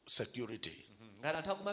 security